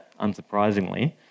unsurprisingly